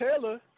Taylor